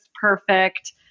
perfect